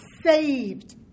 saved